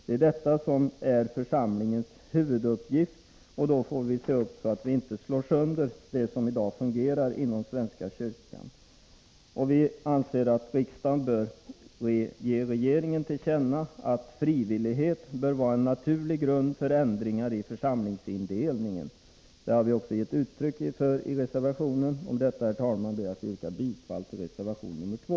Det är detta som är församlingens huvuduppgifter — och vi får se upp så att vi inte slår sönder det som i dag fungerar inom svenska kyrkan. Vi anser att riksdagen bör ge regeringen till känna att frivillighet bör vara en naturlig grund för ändringar i församlingsindelningen. Det har vi också gett uttryck för i reservationen. Med detta, herr talman, yrkar jag bifall till reservation 2.